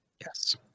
Yes